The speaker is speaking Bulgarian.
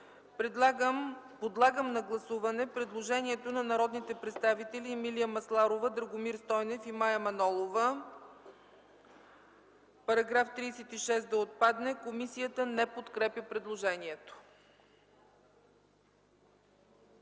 Подлагам на гласуване предложението на народните представители Емилия Масларова, Драгомир Стойнев и Мая Манолова –§ 36 да отпадне. Комисията не подкрепя предложението.